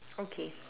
okay